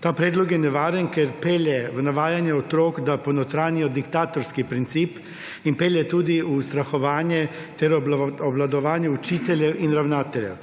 Ta predlog je nevaren, ker pelje v navajanje otrok, da ponotranjijo diktatorski princip, in pelje tudi v ustrahovanje ter obvladovanje učiteljev in ravnateljev.